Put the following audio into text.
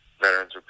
veterans